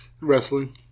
Wrestling